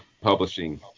publishing